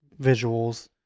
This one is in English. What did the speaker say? visuals